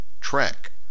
track